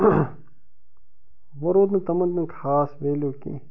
وۅنۍ روٗد نہٕ تِمَن ہُنٛد خاص ویلو کیٚنٛہہ